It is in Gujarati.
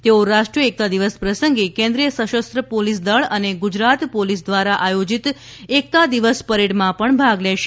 તેઓ રાષ્ટ્રીય એકતા દિવસ પ્રસંગે કેન્દ્રીય સશસ્ત્ર પોલિસ દળ અને ગુજરાત પોલિસ દ્વારા આયોજિત એકતા દિવસ પરેડમાં પણ ભાગ લેશે